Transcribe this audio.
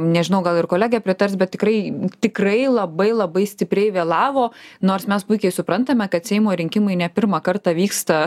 nežinau gal ir kolegė pritars bet tikrai tikrai labai labai stipriai vėlavo nors mes puikiai suprantame kad seimo rinkimai ne pirmą kartą vyksta